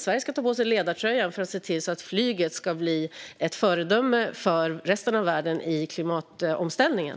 Sverige ska ta på sig ledartröjan och se till så att flyget blir ett föredöme för resten av världen i klimatomställningen.